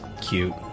cute